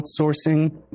outsourcing